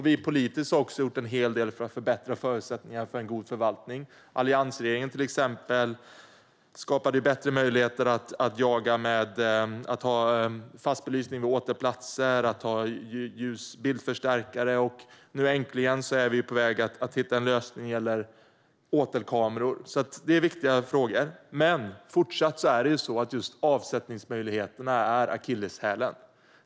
Vi har även gjort en hel del politiskt för att förbättra förutsättningarna för en god förvaltning. Alliansregeringen skapade till exempel bättre möjligheter att ha fast belysning vid åtelplatser och att ha bildförstärkare. Och nu äntligen är vi på väg att hitta en lösning när det gäller åtelkameror. Det är alltså viktiga frågor. Men fortsatt är det just avsättningsmöjligheterna som är akilleshälen.